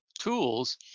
tools